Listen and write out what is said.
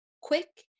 quick